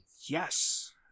yes